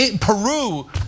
Peru